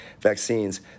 vaccines